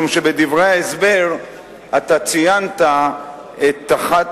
משום שבדברי ההסבר אתה ציינת את אחת